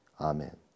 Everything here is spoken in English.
Amen